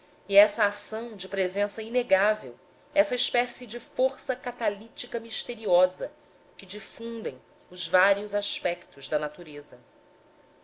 e essa ação de presença inegável essa espécie de força catalítica misteriosa que difundem os vários aspectos da natureza